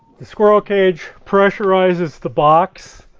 the squirrel cage pressurizes the box,